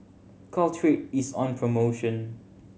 Caltrate is on promotion